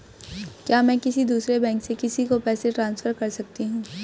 क्या मैं किसी दूसरे बैंक से किसी को पैसे ट्रांसफर कर सकती हूँ?